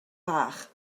fach